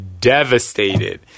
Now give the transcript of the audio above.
devastated